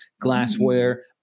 Glassware